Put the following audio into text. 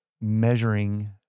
measuring